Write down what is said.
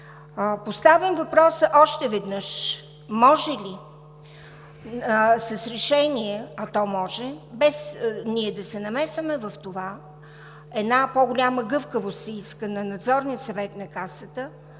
Поставям въпроса още веднъж: може ли с решение, а то може, без ние да се намесваме в това, иска се по-голяма гъвкавост на Надзорния съвет на Касата,